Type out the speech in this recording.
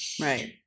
right